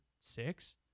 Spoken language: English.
six